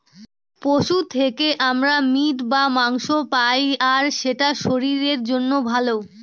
পশু থেকে আমরা মিট বা মাংস পায়, আর এটা শরীরের জন্য ভালো